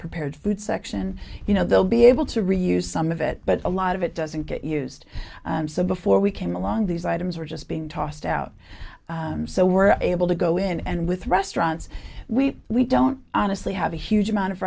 prepared food section you know they'll be able to reuse some of it but a lot of it doesn't get used so before we came along these items were just being tossed out so we're able to go in and with restaurants we we don't honestly have a huge amount of